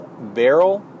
barrel